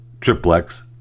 triplex